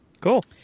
cool